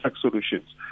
solutions